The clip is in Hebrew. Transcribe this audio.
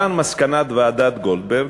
מכאן מסקנת ועדת גולדברג,